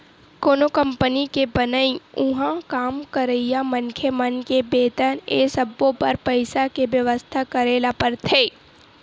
कोनो कंपनी के बनई, उहाँ काम करइया मनखे मन के बेतन ए सब्बो बर पइसा के बेवस्था करे ल परथे